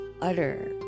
utter